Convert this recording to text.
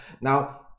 Now